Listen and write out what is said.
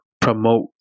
promote